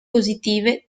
positive